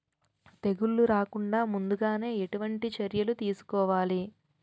తెగుళ్ల రాకుండ ముందుగానే ఎటువంటి చర్యలు తీసుకోవాలి?